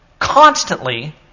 constantly